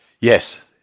Yes